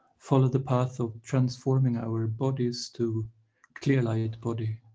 follow the path of transforming our bodies to clear light body?